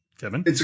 Kevin